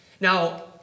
Now